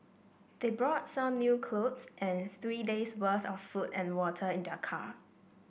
they brought some new clothes and three days' worth of food and water in their car